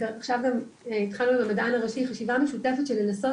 עכשיו התחלנו עם המדען הראשי חשיבה משותפת של לנסות